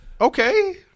Okay